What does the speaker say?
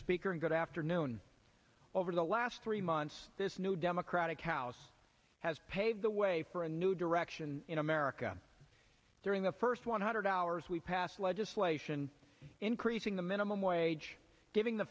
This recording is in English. speaker and good afternoon over the last three months this new democratic house has paved the way for a new direction in america during the first one hundred hours we passed legislation increasing the minimum wage giving the